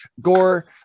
Gore